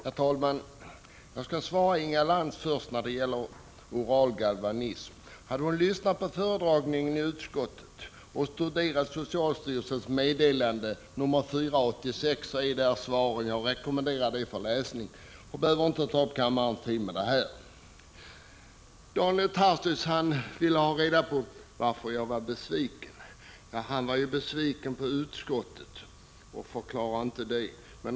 Herr talman! Jag skall först svara Inga Lantz beträffande oral galvanism. Hade Inga Lantz lyssnat på föredragningen i utskottet och studerat socialstyrelsens meddelande nr 4/1986 så hade hon fått svaren. Då hade hon inte behövt ta upp kammarens tid. Jag rekommenderar det för läsning. Daniel Tarschys ville ha reda på varför jag är besviken. Han är ju besviken på utskottet utan att förklara varför.